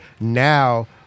now